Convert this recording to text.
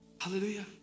Hallelujah